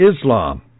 Islam